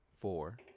four